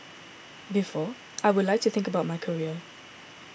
before I would like think about my career